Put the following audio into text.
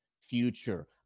future